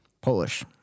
Polish